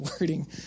wording